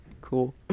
Cool